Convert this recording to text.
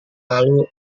lalu